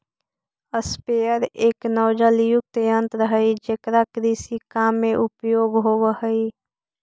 sprayer एक नोजलयुक्त यन्त्र हई जेकरा कृषि काम में उपयोग होवऽ हई